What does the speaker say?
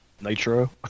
Nitro